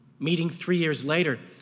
meeting three years later,